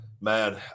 man